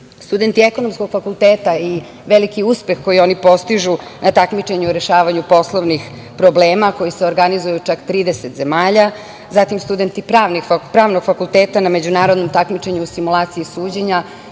Studenti ekonomskog fakulteta i veliki uspeh koji oni postižu na takmičenju u rešavanju poslovnih problema koji se organizuje u čak 30 zemalja. Zatim, studenti Pravnog fakulteta na međunarodnom takmičenju u simulaciji suđenja.